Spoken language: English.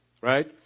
right